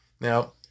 Now